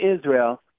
Israel